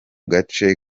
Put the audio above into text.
gace